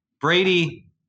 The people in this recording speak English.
Brady